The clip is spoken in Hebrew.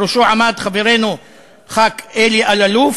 בראשה עמד חברנו חבר הכנסת אלי אלאלוף,